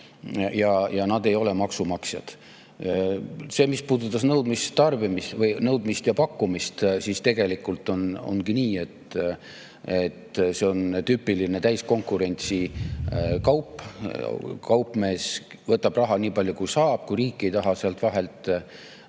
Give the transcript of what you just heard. ja nad ei ole maksumaksjad. Mis puudutab nõudmist ja pakkumist, siis tegelikult on see tüüpiline täiskonkurentsi kaup. Kaupmees võtab raha nii palju, kui saab, ja kui riik ei taha sealt vahelt maksu